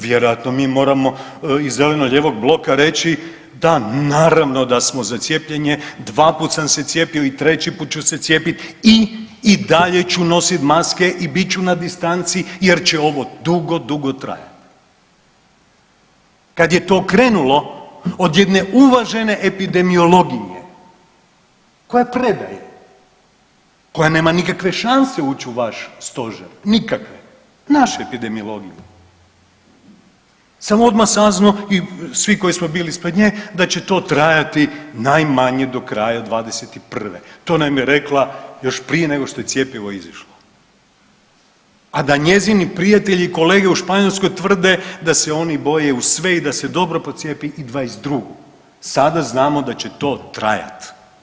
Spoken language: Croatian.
Vjerojatno mi moramo iz zeleno-lijevog bloka reći da naravno da smo za cijepljenje, dva put sam se cijepio i treći put ću se cijepit i, i dalje ću nosit maske i bit ću na distanci jer će ovo dugo, dugo trajat, kad je to krenulo od jedne uvažene epidemiologinje koja predaje, koja nema nikakve šanse ući u vaš stožer nikakve, naše epidemiologinje, sam odmah saznao i svi koji smo bili ispred nje da će to trajati najmanje do kraja '21., to nam je rekla još prije nego što je cjepivo izišlo, a da njezini prijatelji i kolege u Španjolskoj tvrde da se oni boje u sve i da se dobro procijepi i '22., sada znamo da će to trajat.